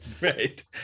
right